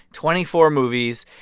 twenty four movies.